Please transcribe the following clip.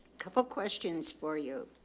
couple of questions for you